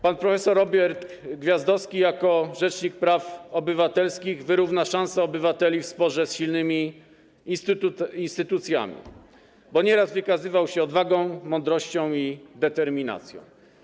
Pan prof. Robert Gwiazdowski jako rzecznik praw obywatelskich wyrówna szanse obywateli w sporze z silnymi instytucjami, bo nieraz wykazywał się odwagą, mądrością i determinacją.